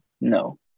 No